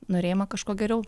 norėjimą kažko geriau